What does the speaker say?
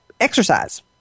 exercise